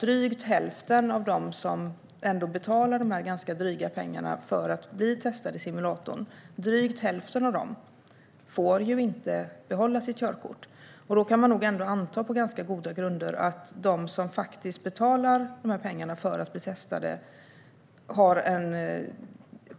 Drygt hälften av dem som betalar de ganska dryga pengarna för att bli testade i simulatorn får inte behålla sitt körkort. Man kan på goda grunder anta att de som betalar dessa pengar för att bli testade